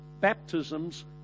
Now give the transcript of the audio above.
baptisms